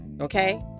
okay